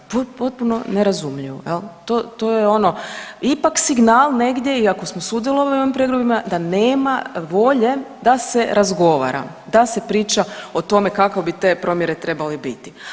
To je potpuno nerazumljivo jel, to je ono ipak signal negdje iako smo sudjelovali u ovim prijedlogima da nema volje da se razgovara, da se priča o tome kakve bi te promjene trebale biti.